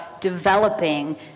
developing